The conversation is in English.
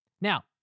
Now